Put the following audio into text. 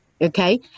okay